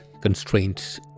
constraints